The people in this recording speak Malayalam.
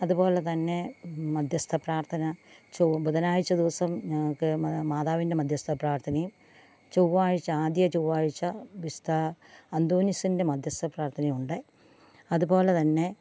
അതു പോലെ തന്നെ മധ്യസ്ഥ പ്രാർത്ഥന ബുധനാഴ്ച ദിവസം ഞങ്ങൾക്ക് മാതാവിൻ്റെ മധ്യസ്ഥ പ്രാർത്ഥനയും ചൊവ്വാഴ്ച ആദ്യ ചൊവ്വാഴ്ച വിശുദ്ധ അന്തോണിസിൻ്റെ മധ്യസ്ഥ പ്രാർത്ഥനയും ഉണ്ട് അതു പോലെ തന്നെ